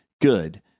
good